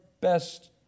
best